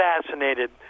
assassinated